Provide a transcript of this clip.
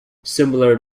similar